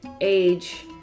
age